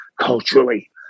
culturally